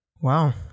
Wow